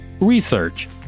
Research